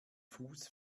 fuß